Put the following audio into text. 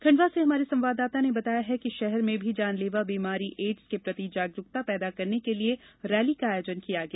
खण्डवा से हमारे संवाददाता ने बताया है कि शहर में भी जानलेवा बीमारी एड्स के प्रति जागरुकता पैदा करने के लिए रैली का आयोजन किया गया